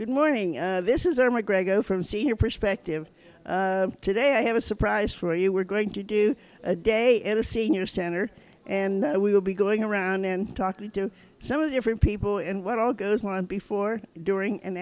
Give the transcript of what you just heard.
good morning this is our my grego from senior perspective today i have a surprise for you we're going to do a day at a senior center and we will be going around and talking to some of the different people and what all goes on before during and